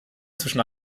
zwischen